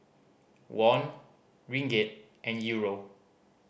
Won Ringgit and Euro